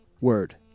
word